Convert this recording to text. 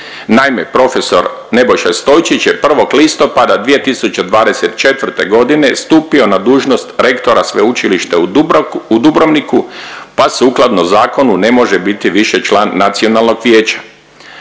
Naime, profesor Nebojša Stojčić je 1. listopada 2024. g. stupio na dužnost rektora Sveučilišta u Dubrovniku pa sukladno zakonu ne može više biti više član nacionalnog vijeća.